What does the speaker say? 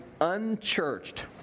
unchurched